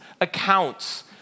accounts